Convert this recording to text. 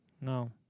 No